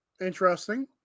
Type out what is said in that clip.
Interesting